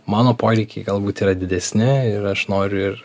mano poreikiai galbūt yra didesni ir aš noriu ir